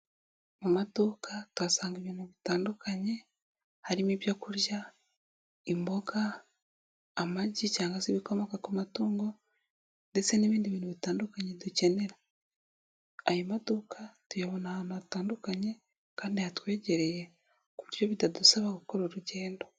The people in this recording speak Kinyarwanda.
Mu maduka tuhasanga ibintu bitandukanye harimo ibyo kurya, imboga, amagi cyangwa Ibikomoka ku matungo ndetse n'ibindi bintu bitandukanye. Dukenera ayo maduka tuyabona ahantu hatandukanye kandi yatwegereye ku buryo bitadusaba gukora urugendo.